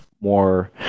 more